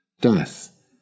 Death